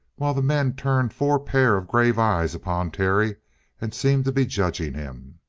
while the men turned four pairs of grave eyes upon terry and seemed to be judging him.